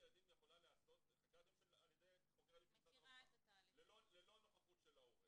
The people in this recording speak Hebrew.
על ידי חוק ילדים של משטרה ללא נוכחות של הורה,